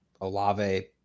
olave